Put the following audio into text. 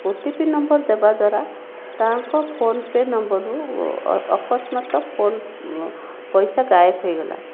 ଓ T P number ଦେବା ଦ୍ଵାରା ତାଙ୍କ ଫୋନ ପେ ନମ୍ବରରୁ ଅକସ୍ମାତ ଫୋନ ପଇସା ଗାଏବ ହେଇଗଲା